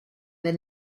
the